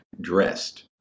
dressed